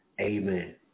Amen